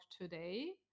today